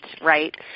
right